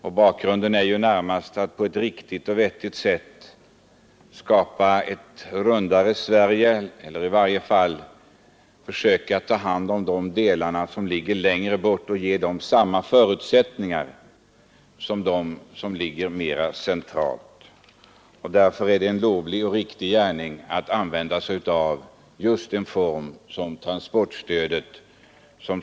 Det gäller att på ett riktigare sätt skapa ett ”rundare Sverige” eller att i varje fall försöka hjälpa den norra landsdelen och ge den samma förutsättningar som de centrala delarna av landet. Därför är det en lovlig och riktig gärning att använda sig av den form av hjälp som transportstödet utgör.